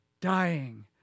dying